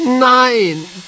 Nein